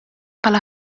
bħala